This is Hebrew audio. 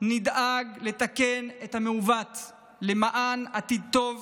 נדאג יחד לתקן את המעוות למען עתיד טוב